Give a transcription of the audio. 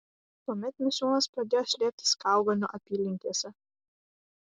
tuomet misiūnas pradėjo slėptis kaugonių apylinkėse